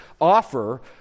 offer